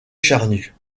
charnue